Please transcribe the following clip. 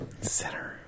Center